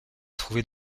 trouver